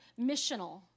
missional